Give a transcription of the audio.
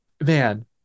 Man